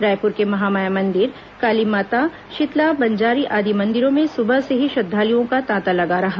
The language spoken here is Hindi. रायपुर के महामाया मंदिर कालीमाता शीतला बंजारी आदि मंदिरों में सुबह से ही श्रद्वालुओं का तांता लगा रहा